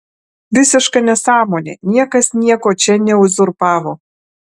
visiška nesąmonė niekas nieko čia neuzurpavo